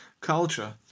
culture